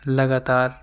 لگاتار